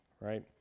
right